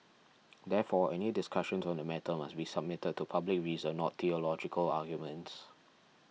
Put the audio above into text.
therefore any discussions on the matter must be submitted to public reason not theological arguments